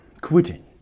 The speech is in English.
quitting